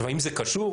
האם זה קשור?